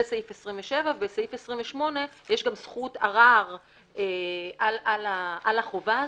סעיף 27. בסעיף 28 יש גם זכות ערר על החובה הזאת.